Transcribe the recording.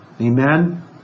Amen